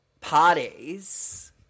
parties